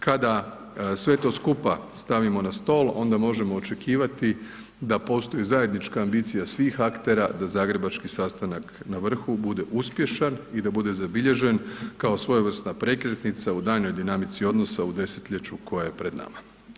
Kada sve to skupa stavimo na stol, onda možemo očekivati da postoji zajednička ambicija svih aktera da zagrebački sastanak na vrhu bude uspješan i da bude zabilježen kao svojevrsna prekretnica u daljnjoj dinamici odnosa u desetljeću koje je pred nama.